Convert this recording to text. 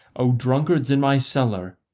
o, drunkards in my cellar,